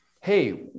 hey